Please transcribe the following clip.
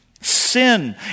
Sin